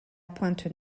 pointe